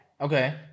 Okay